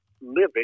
living